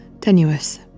tenuous